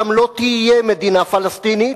גם לא תהיה מדינה פלסטינית,